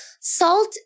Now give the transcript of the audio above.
salt